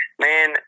Man